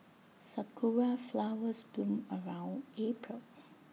Sakura Flowers bloom around April